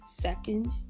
Second